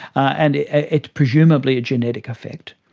and it's presumably a genetic effect.